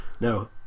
No